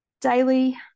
Daily